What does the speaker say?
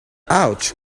ouch